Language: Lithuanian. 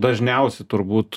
dažniausi turbūt